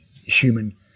human